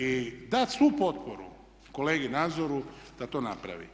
I dat svu potporu kolegi Nadzoru da to napravi.